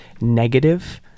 negative